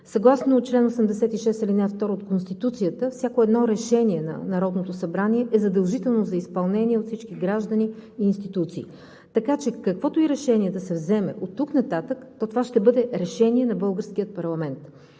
Съгласно чл. 86, ал. 2 от Конституцията всяко едно решение на Народното събрание е задължително за изпълнение от всички граждани и институции. Така че, каквото и решение да се вземе оттук нататък, то това ще бъде решение на българския парламент.